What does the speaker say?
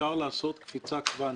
אפשר לעשות קפיצה קוונטית.